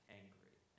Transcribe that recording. angry